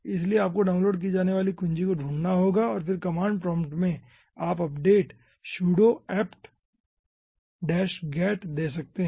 इसलिए आपको डाउनलोड की जाने वाली कुंजी को ढूँढना होगा और फिर कमांड प्रॉम्प्ट में आप अपडेट sudo apt get दे सकते हैं